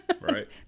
Right